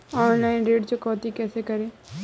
Online ऋण चुकौती कैसे करें?